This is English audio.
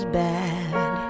bad